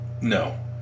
no